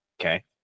Okay